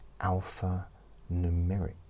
alpha-numeric